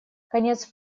конец